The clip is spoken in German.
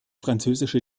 französische